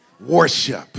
worship